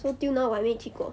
so till now 我还没去过